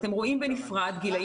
האם זה גם מסגרות חוץ?